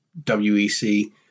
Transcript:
WEC